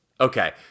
Okay